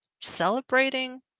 celebrating